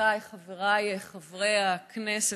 חברותיי וחבריי חברי הכנסת,